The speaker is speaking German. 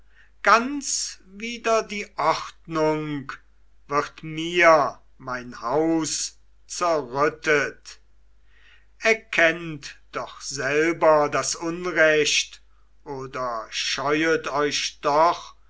ganz wider die ordnung wird mir mein haus zerrüttet erkennt doch selber das unrecht oder scheuet euch doch